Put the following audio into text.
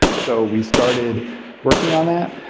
so we started working on that.